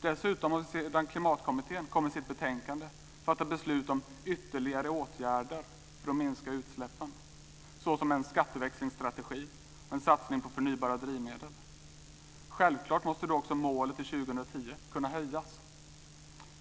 Dessutom har vi sedan Klimatkommittén kom med sitt betänkande fattat beslut om ytterligare åtgärder för att minska utsläppen såsom en skatteväxlingsstrategi och en satsning på förnybara drivmedel. Självklart måste då också målet för 2010 kunna höjas.